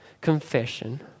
confession